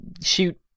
shoot